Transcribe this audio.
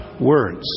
words